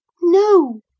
No